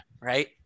right